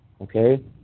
okay